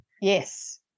Yes